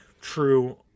true